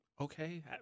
okay